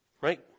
Right